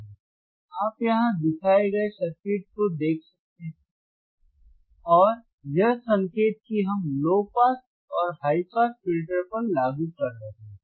आप यहां दिखाए गए सर्किट को देख सकते हैं और यह संकेत कि हम लो पास और हाई पास फिल्टर पर लागू कर रहे हैं